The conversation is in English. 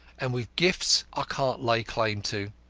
and with gifts i can't lay claim to.